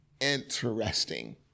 interesting